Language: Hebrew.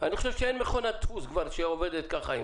אני חושב שכבר אין מכונת דפוס שעובדת ככה.